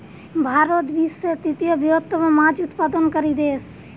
ভারত বিশ্বের তৃতীয় বৃহত্তম মাছ উৎপাদনকারী দেশ